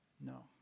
No